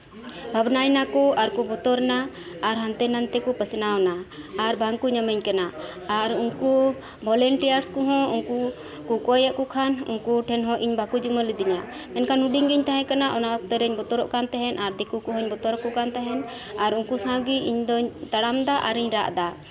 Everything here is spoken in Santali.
ᱵᱷᱟᱵᱽᱱᱟᱭ ᱮᱱᱟᱠᱚ ᱟᱨᱠᱚ ᱵᱚᱛᱚᱨᱱᱟ ᱟᱨ ᱦᱟᱱᱛᱮ ᱱᱟᱛᱮ ᱠᱚ ᱯᱟᱥᱱᱟᱣᱱᱟ ᱟᱨ ᱵᱟᱝᱠᱚ ᱧᱟᱢᱤᱧ ᱠᱟᱱᱟ ᱟᱨ ᱩᱱᱠᱩ ᱵᱷᱚᱞᱮᱱᱴᱤᱭᱟᱨᱥ ᱠᱚᱦᱚᱸ ᱞᱟᱹᱭ ᱟᱠᱚ ᱠᱷᱟᱱ ᱩᱱᱠᱩ ᱴᱷᱮᱱᱦᱚᱸ ᱵᱟᱠᱚ ᱡᱤᱱᱢᱟᱹ ᱞᱤᱫᱤᱧᱟ ᱢᱮᱱᱠᱷᱟᱱ ᱦᱩᱰᱤᱧ ᱜᱤᱧ ᱛᱟᱦᱮᱸ ᱠᱟᱱᱟ ᱚᱱᱟ ᱛᱤᱧ ᱵᱚᱛᱚᱨᱚᱜ ᱠᱟᱱ ᱛᱟᱦᱮᱱᱟ ᱟᱨ ᱫᱤᱠᱩ ᱠᱚᱦᱚᱧ ᱵᱚᱛᱚᱨ ᱟᱠᱚ ᱛᱟᱦᱮᱱ ᱟᱨ ᱩᱱᱠᱩ ᱥᱟᱶᱜᱮ ᱤᱧ ᱫᱩᱧ ᱛᱟᱲᱟᱢᱮᱫᱟ ᱟᱨᱤᱧ ᱨᱟᱜ ᱮᱫᱟ